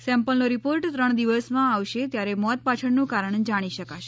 સેમ્પલનો report ત્રણ દિવસમાં આવશે ત્યારે મોત પાછળનું કારણ જાણી શકાશે